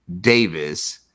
Davis